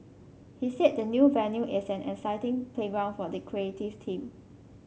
he said the new venue is an exciting playground for the creative team